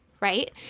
right